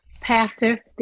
Pastor